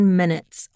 minutes